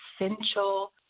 essential